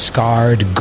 Scarred